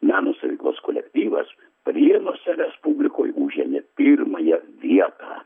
meno stovyklos kolektyvas prienuose respublikoj užėmė pirmąją vietą